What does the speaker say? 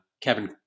Kevin